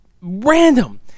random